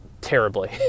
terribly